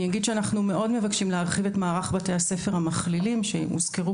אנחנו מאוד מבקשים להרחיב את מערך בתי הספר המכלילים שהוזכרו